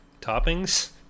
Toppings